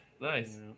Nice